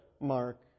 mark